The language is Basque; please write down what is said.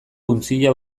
untzilla